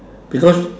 because